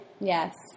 Yes